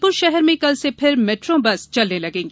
जबलपुर शहर में कल से फिर मैट्रों बस चलने लगेंगी